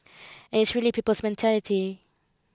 and it is really people's mentality